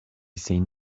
seen